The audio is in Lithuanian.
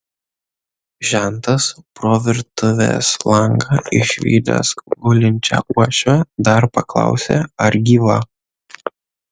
žentas pro virtuvės langą išvydęs gulinčią uošvę dar paklausė ar gyva